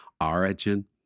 origin